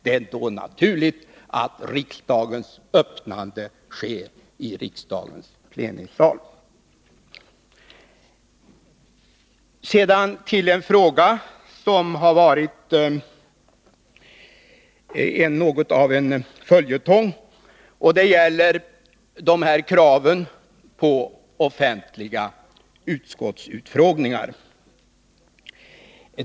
Det är då naturligt att riksmötets öppnande sker i riksdagens plenisal. Sedan till en fråga som har varit något av en följetong, nämligen kravet på offentliga utskottsutfrågningar.